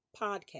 podcast